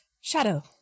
Shadow